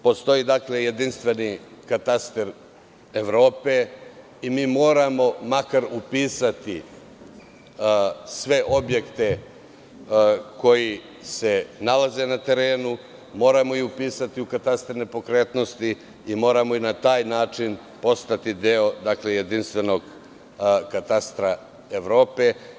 Postoji jedinstveni kataster Evrope i moramo makar upisati sve objekte koji se nalaze na terenu, moramo ih upisati u katastar nepokretnosti i moramo na taj način postati deo jedinstvenog katastra Evrope.